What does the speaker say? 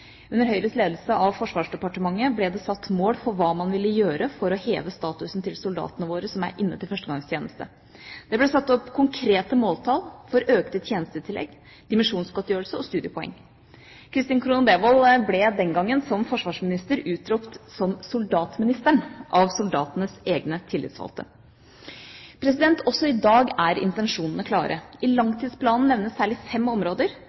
Under Høyres ledelse av Forsvarsdepartementet ble det satt mål for hva man ville gjøre for å heve statusen til soldatene våre som er inne til førstegangstjeneste. Det ble satt opp konkrete måltall for økte tjenestetillegg, dimisjonsgodtgjørelse og studiepoeng. Kristin Krohn Devold ble den gangen som forsvarsminister utropt som «soldatministeren» av soldatenes egne tillitsvalgte. Også i dag er intensjonene klare. I langtidsplanen nevnes særlig fem områder